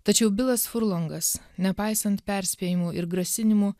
tačiau bilas furlongas nepaisant perspėjimų ir grasinimų